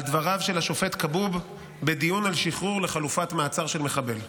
על דבריו של השופט כבוב בדיון על שחרור לחלופת מעצר של מחבל.